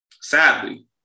sadly